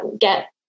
get